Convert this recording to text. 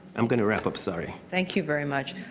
i'm going to wrap up sorry. thank you very much.